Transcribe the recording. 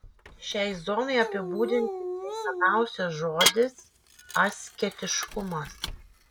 šiai zonai apibūdinti tinkamiausias žodis asketiškumas